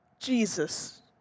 Jesus